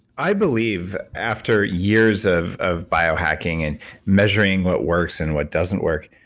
i believe after years of of bio hacking and measuring what works and what doesn't work,